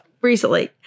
recently